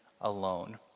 alone